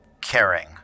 caring